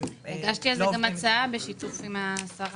הגשתי הצעת חוק בשיתוף השרה